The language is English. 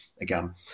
again